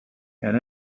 and